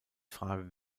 frage